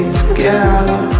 together